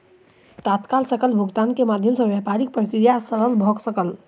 तत्काल सकल भुगतान के माध्यम सॅ व्यापारिक प्रक्रिया सरल भ सकल